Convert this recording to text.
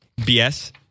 BS